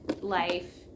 life